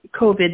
COVID